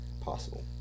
possible